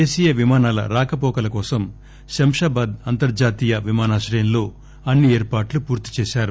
దేశీయ విమానాల రాకపోకల కోసం శంషాబాద్ అంతర్లాతీయ విమానాశ్రయం లో అన్ని ఏర్పాట్లు పూర్తి చేశారు